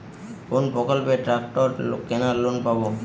কোন প্রকল্পে ট্রাকটার কেনার লোন পাব?